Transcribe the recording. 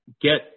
Get